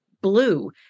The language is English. blue